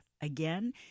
again